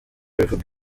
bivuga